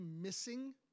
missing